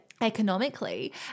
economically